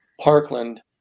Parkland